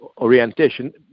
orientation